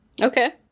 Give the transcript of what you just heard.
Okay